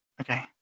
Okay